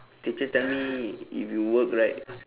teacher tell me if you work right